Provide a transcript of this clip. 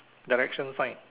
direction sign